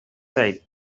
said